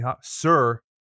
Sir